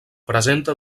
presenta